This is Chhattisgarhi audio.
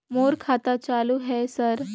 मोर खाता चालु हे सर?